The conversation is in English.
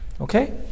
Okay